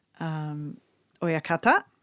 Oyakata